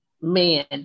man